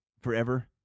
forever